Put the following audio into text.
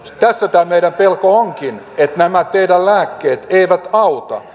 tässä tämä meidän pelko onkin että nämä teidän lääkkeenne eivät auta